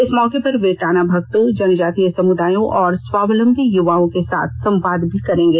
इस मौके पर वे टानाभगतों जनजातीय समुदायों और स्वावलंबी युवाओं के साथ संवाद भी करेंगे